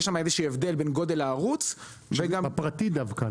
יש שם הבדל בין גודל הערוץ -- בשוק הפרטי דווקא,